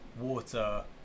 water